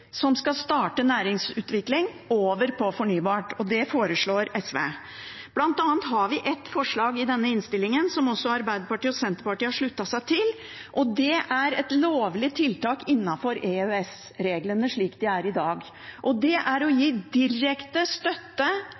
som skal starte næringsutvikling, over på fornybart, og det foreslår SV. Blant annet har vi et forslag i denne innstillingen som også Arbeiderpartiet og Senterpartiet har sluttet seg til, og det er et lovlig tiltak innenfor EØS-reglene slik de er i dag. Det er å gi direkte støtte,